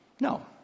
No